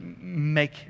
make